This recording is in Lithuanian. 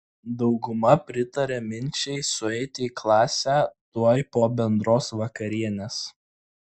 dauguma pritaria minčiai sueiti į klasę tuoj po bendros vakarienės